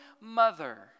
mother